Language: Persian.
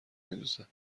میدوزه